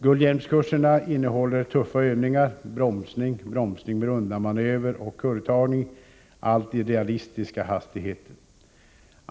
Guldhjälmskurserna innehåller tuffa övningar: bromsning, bromsning med undanmanöver och kurvtagning, allt i realistiska hastigheter.